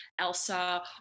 Elsa